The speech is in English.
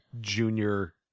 Junior